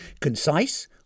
Concise